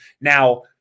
Now